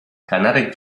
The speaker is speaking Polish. kanarek